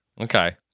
Okay